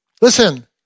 Listen